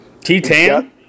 T-Tan